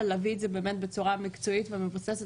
אבל להביא את זה באמת בצורה מקצועית ומבוססת